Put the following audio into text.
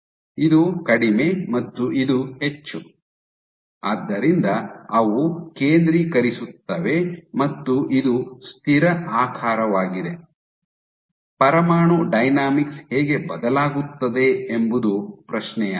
ಇದು ಕಡಿಮೆ ಮತ್ತು ಇದು ಹೆಚ್ಚು ಆದ್ದರಿಂದ ಅವು ಕೇಂದ್ರೀಕರಿಸುತ್ತವೆ ಮತ್ತು ಇದು ಸ್ಥಿರ ಆಕಾರವಾಗಿದೆ ಪರಮಾಣು ಡೈನಾಮಿಕ್ಸ್ ಹೇಗೆ ಬದಲಾಗುತ್ತದೆ ಎಂಬುದು ಪ್ರಶ್ನೆಯಾಗಿದೆ